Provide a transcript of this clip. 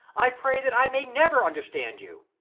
i pray that i may never understand you.